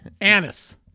Anus